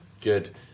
good